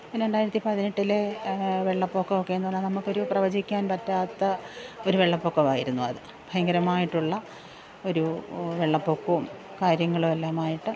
പിന്നെ രണ്ടായിരത്തിപ്പതിനെട്ടിലെ വെള്ളപ്പൊക്കമൊക്കെയെന്നു പറഞ്ഞാല് നമ്മൾക്കൊരു പ്രവചിക്കാന് പറ്റാത്ത ഒരു വെള്ളപ്പൊക്കമായിരുന്നു അത് ഭയങ്കരമായിട്ടുള്ള ഒരു വെള്ളപ്പൊക്കവും കാര്യങ്ങളും എല്ലാമായിട്ട്